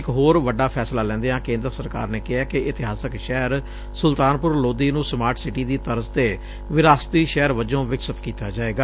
ਇਕ ਹੋਰ ਵੱਡਾ ਫੈਸਲਾ ਲੈਂਦਿਆਂ ਕੇਂਦਰ ਸਰਕਾਰ ਨੇ ਕਿਹੈ ਕਿ ਇਤਿਹਾਸਕ ਸ਼ਹਿਰ ਸੁਲਤਾਨਪੁਰ ਲੋਧੀ ਨੂੰ ਸਮਾਰਟ ਸਿਟੀ ਦੀ ਤਰਜ਼ ਤੇ ਵਿਰਾਸਤੀ ਸ਼ਹਿਰ ਵਜੋਂ ਵਿਕਸਤ ਕੀਤਾ ਜਾਏਗਾ